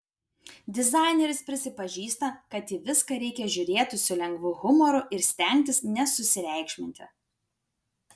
dizaineris prisipažįsta kad į viską reikia žiūrėti su lengvu humoru ir stengtis nesusireikšminti